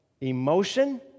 emotion